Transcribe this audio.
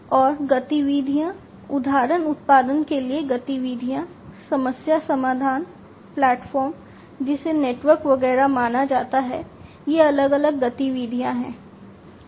और गतिविधियाँ उदाहरण उत्पादन के लिए गतिविधियाँ समस्या समाधान प्लेटफॉर्म जिसे नेटवर्क वगैरह माना जाता है ये अलग अलग गतिविधियाँ हैं